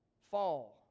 Fall